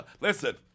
Listen